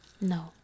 No